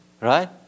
right